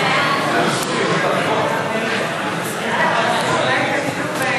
ההצעה להעביר את הצעת חוק הספורט (תיקון,